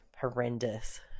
horrendous